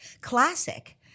classic